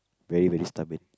very very stubborn